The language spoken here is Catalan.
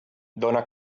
dona